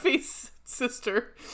sister